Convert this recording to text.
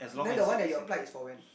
then the one that you applied is for when